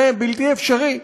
זה בלתי אפשרי,